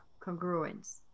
congruence